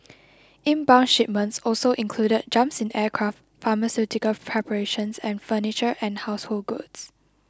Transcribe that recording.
inbound shipments also included jumps in aircraft pharmaceutical preparations and furniture and household goods